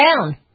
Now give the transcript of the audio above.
down